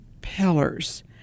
pillars